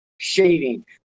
shading